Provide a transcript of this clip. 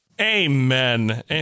Amen